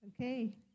Okay